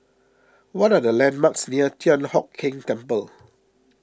what are the landmarks near Thian Hock Keng Temple